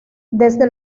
desde